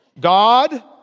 God